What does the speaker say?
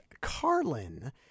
Carlin